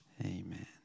Amen